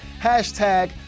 hashtag